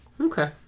Okay